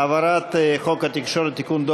העברת חוק התקשורת (בזק ושידורים) (תיקון,